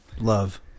Love